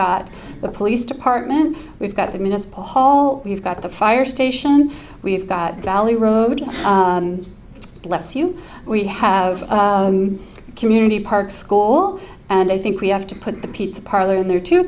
got the police department we've got the municipal hall we've got the fire station we've got valley road it's bless you we have a community park school and i think we have to put the pizza parlor in there too